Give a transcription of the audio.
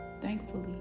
Thankfully